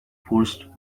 forced